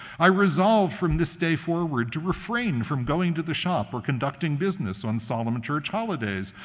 i resolve from this day forward to refrain from going to the shop or conducting business on solemn and church holidays,